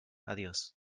adiós